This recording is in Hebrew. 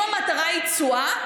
אם המטרה היא תשואה,